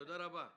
תודה רבה.